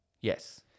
Yes